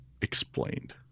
explained